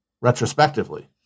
retrospectively